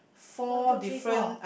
one two three four